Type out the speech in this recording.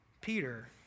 Peter